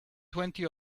twenty